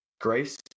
grace